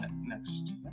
next